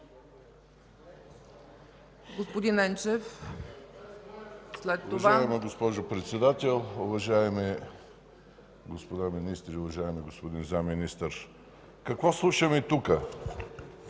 Какво слушаме тук?